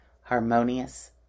harmonious